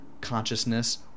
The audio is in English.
consciousness